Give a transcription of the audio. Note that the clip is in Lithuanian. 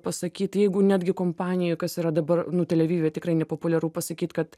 pasakyt jeigu netgi kompanijoj kas yra dabar nu tel avive tikrai nepopuliaru pasakyt kad